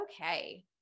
okay